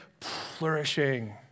flourishing